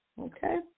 Okay